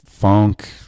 Funk